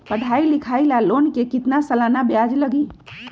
पढाई लिखाई ला लोन के कितना सालाना ब्याज लगी?